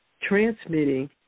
transmitting